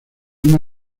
una